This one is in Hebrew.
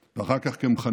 גם כלוחם ואחר כך כמחנך,